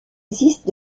existe